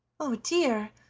oh dear!